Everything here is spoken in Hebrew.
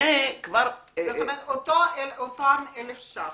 אז אותם 1,000 ש"ח,